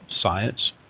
science